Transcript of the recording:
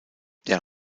der